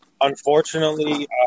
unfortunately